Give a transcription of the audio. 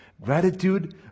Gratitude